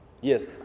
Yes